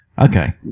Okay